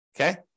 okay